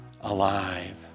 alive